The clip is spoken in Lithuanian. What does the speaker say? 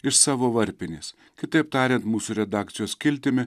iš savo varpinės kitaip tariant mūsų redakcijos skiltimi